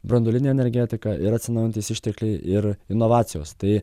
branduolinė energetika ir atsinaujinantys ištekliai ir inovacijos tai